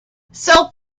self